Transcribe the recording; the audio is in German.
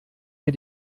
mir